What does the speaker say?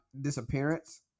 disappearance